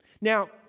Now